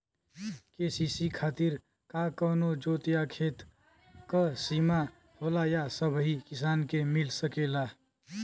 KCC खातिर का कवनो जोत या खेत क सिमा होला या सबही किसान के मिल सकेला?